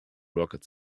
rocket